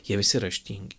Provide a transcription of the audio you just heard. jie visi raštingi